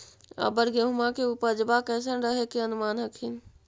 अबर गेहुमा के उपजबा कैसन रहे के अनुमान हखिन?